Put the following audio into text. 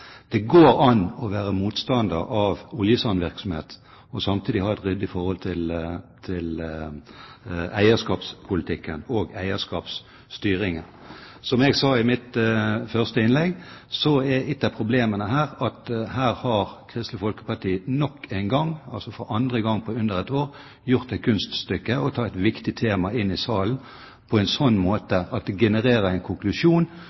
Det går an å være motstander av oljesandvirksomhet og samtidig ha et ryddig forhold til eierskapspolitikken og eierskapsstyringen. Som jeg sa i mitt første innlegg, er ett av problemene at her har Kristelig Folkeparti nok en gang – altså for andre gang på under et år – gjort det kunststykket å ta et viktig tema inn i salen på en slik måte at det genererer en konklusjon